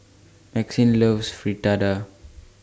Maxine loves Fritada